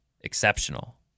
exceptional